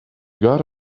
got